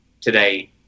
today